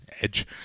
Edge